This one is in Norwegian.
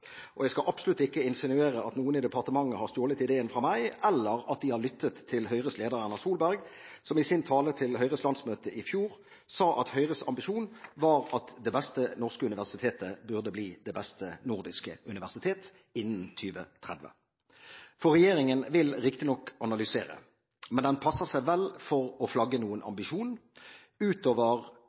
bra. Jeg skal absolutt ikke insinuere at noen i departementet har stjålet ideen fra meg, eller at de har lyttet til Høyres leder Erna Solberg, som i sin tale til Høyres landsmøte i fjor sa at Høyres ambisjon var at det beste norske universitetet burde bli det beste nordiske universitet innen 2030. For regjeringen vil riktignok analysere, men den passer seg vel for å flagge noen ambisjon, utover